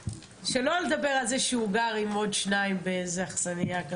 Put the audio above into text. שלא נדבר על זה שהוא גר עם עוד שניים באיזו אכסנייה.